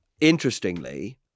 Interestingly